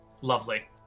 lovely